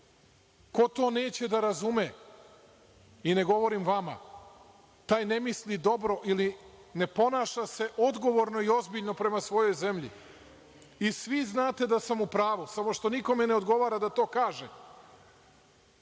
Ko to neće da razume, i ne govorim vama, taj ne misli dobro i ne ponaša se odgovorno i ozbiljno prema svojoj zemlji i svi znate da sam u pravu, samo što nikome ne odgovara da to kaže. Ja